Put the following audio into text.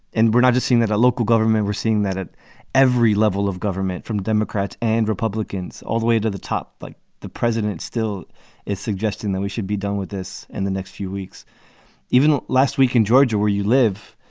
and we're not just seeing that a local government we're seeing that at every level of government from democrats and republicans all the way to the top, like the president still is suggesting that we should be done with this in the next few weeks even last week in georgia, where you live,